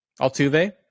Altuve